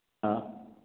हाँ